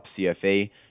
CFA